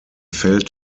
failed